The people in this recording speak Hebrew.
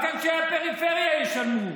רק אנשי הפריפריה ישלמו.